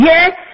Yes